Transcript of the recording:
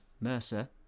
Mercer